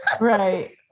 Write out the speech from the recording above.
right